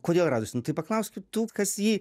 kodėl radosi nu tai paklauskit tų kas jį